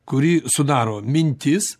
kurį sudaro mintis